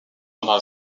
pendant